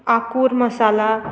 आकूर masala